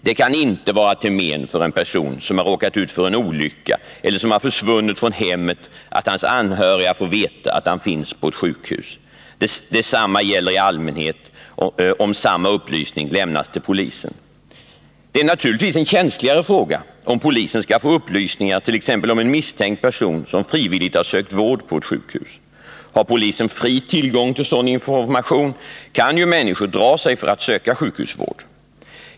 Det kan inte vara till men för en person som har råkat ut för en olycka eller som har försvunnit från hemmet att hans anhöriga får veta att han finns på ett sjukhus. Detsamma gäller i allmänhet, om samma upplysning lämnas till polisen. Det är naturligtvis en känsligare fråga, om polisen skall få upplysningar t.ex. om en misstänkt person som frivilligt har sökt vård på ett sjukhus. Har polisen fri tillgång till sådan information, kan ju människor dra sig för att söka sjukhusvård.